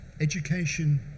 Education